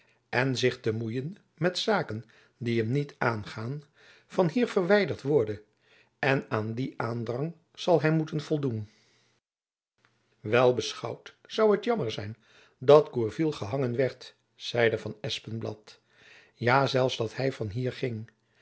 en zich te moeien met zaken die hem niet aangaan van hier verwijderd worde en aan dien aandrang zal hy moeten voldoen wel beschouwd zoû t jammer zijn dat gourville gehangen werd zeide van espenblad ja zelfs dat hy van hier ging